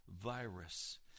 virus